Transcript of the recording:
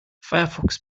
firefox